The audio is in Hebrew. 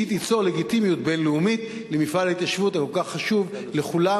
שהיא תיצור לגיטימיות בין-לאומית למפעל ההתיישבות הכל-כך חשוב לכולם,